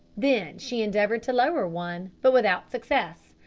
then she endeavoured to lower one, but without success.